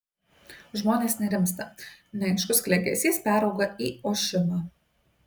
žmonės nerimsta neaiškus klegesys perauga į ošimą